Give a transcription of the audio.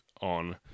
on